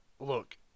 look